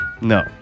No